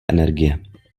energie